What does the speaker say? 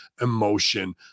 emotion